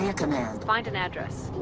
and find an address.